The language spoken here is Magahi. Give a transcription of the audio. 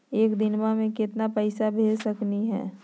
एक दिनवा मे केतना पैसवा भेज सकली हे?